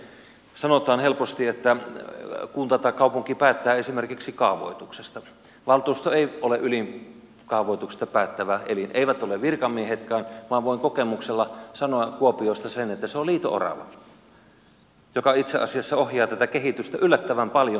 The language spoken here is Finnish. kun hyvin usein sanotaan helposti että kunta tai kaupunki päättää esimerkiksi kaavoituksesta valtuusto ei ole ylin kaavoituksesta päättävä elin eivät ole virkamiehetkään vaan voin kokemuksella sanoa kuopiosta sen että se on liito orava joka itse asiassa ohjaa tätä kehitystä yllättävän paljon